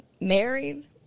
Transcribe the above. married